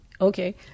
okay